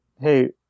hey